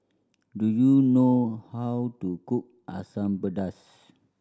do you know how to cook Asam Pedas